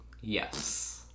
Yes